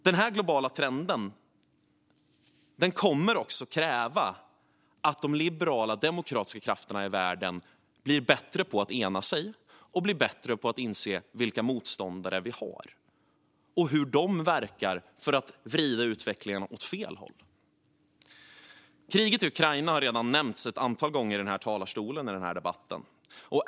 Denna globala trend kommer också att kräva att de liberala demokratiska krafterna i världen blir bättre på att enas och bli bättre på att inse vilka motståndare vi har och hur de verkar för att vrida utvecklingen åt fel håll. Kriget i Ukraina har redan nämnts ett antal gånger i denna debatt.